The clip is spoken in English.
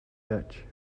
dutch